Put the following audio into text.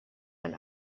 and